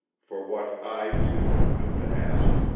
for what i, too, had come to ask.